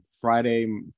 Friday